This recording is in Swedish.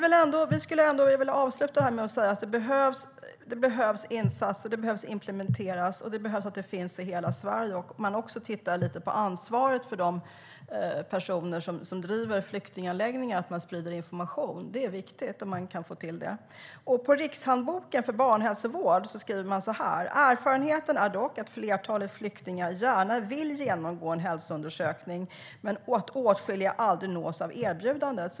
Jag skulle ändå vilja avsluta med att säga att det behövs insatser och dessa behöver implementeras. Det måste också finnas i hela Sverige, och man behöver se över det ansvar som ligger på personer som driver flyktinganläggningar att sprida information. Det är viktigt att man kan få till det. I Rikshandboken i barnhälsovård står det så här: "Erfarenheten är dock att flertalet flyktingar gärna vill genomgå en hälsoundersökning, men att åtskilliga aldrig nås av ett erbjudande."